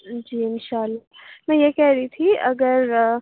جی انشاء اللہ میں یہ کہہ رہی تھی اگر